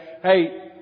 hey